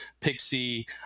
pixie